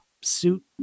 suit